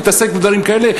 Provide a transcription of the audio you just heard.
להתעסק בדברים כאלה?